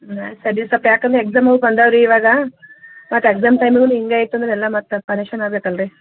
ಹಾಂ ಆಯ್ತು ಸರಿ ಸೊಲ್ಪ ಯಾಕಂದ್ರೆ ಎಕ್ಸಾಮೂ ಬಂದವೆ ರೀ ಇವಾಗ ಮತ್ತು ಎಕ್ಸಾಮ್ ಟೈಮಿಗೂ ಹೀಗೇ ಆಯ್ತು ಅಂದ್ರೆ ಎಲ್ಲ ಮತ್ತು ಆಗ್ಬೇಕಲ್ಲ ರಿ